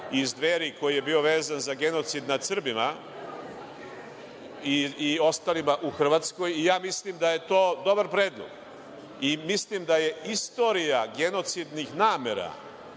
iz Dveri koji je bio vezan za genocid nad Srbima i ostalima u Hrvatskoj i ja mislim da je to dobar predlog. Mislim da je istorija genocidnih namera,